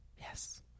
yes